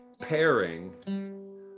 pairing